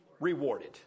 Rewarded